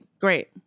Great